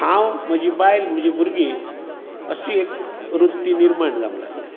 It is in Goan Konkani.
हांव म्हजी बायल म्हजी भुरगीं अशी एक वृत्ती निर्माण जावंक लागल्या